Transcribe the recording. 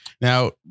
Now